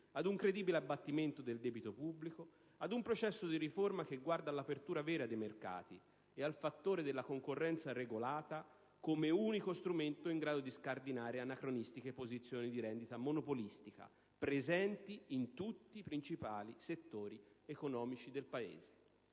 ad un credibile abbattimento del debito pubblico, ad un processo di riforma che guarda all'apertura vera dei mercati e al fattore della concorrenza regolata come unico strumento in grado di scardinare anacronistiche posizioni di rendita monopolistica, presenti in tutti i principali settori economici del Paese.